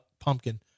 Pumpkin